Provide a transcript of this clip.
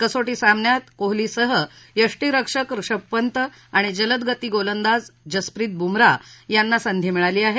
कसोषी सामन्यात कोहलीसह यष्टीरक्षक ऋषभ पंत आणि जलद गती गोंलदाज जसप्रीत बुमराह यांना संधी मिळाली आहे